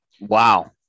wow